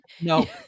No